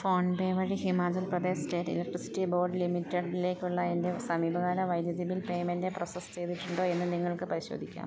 PhonePe വഴി Himachal Pradesh state electricity board ലിമിറ്റഡിലേക്കുള്ള എൻ്റെ സമീപകാല വൈദ്യുതി ബിൽ പേയ്മെൻ്റ് പ്രൊസസ്സ് ചെയ്തിട്ടുണ്ടോയെന്ന് നിങ്ങൾക്ക് പരിശോധിക്കാമോ